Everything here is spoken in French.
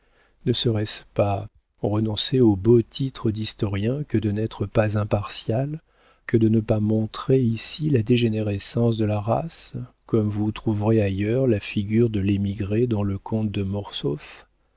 ne serait-ce pas renoncer au beau titre d'historien que de n'être pas impartial que de ne pas montrer ici la dégénérescence de la race comme vous trouverez ailleurs la figure de l'émigré dans le comte de